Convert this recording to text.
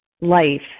life